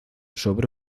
sobre